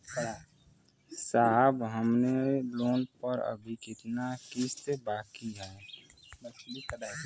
साहब हमरे लोन पर अभी कितना किस्त बाकी ह?